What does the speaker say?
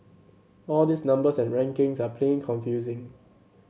all these numbers and rankings are plain confusing